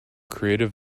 creative